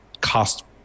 cost